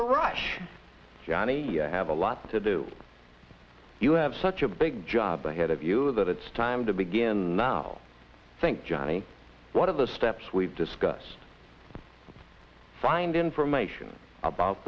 chancellor rush johnny i have a lot to do you have such a big job ahead of you that it's time to begin now i think johnny one of the steps we've discussed find information about